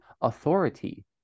Authority